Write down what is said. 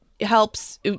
helps